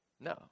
No